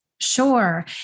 Sure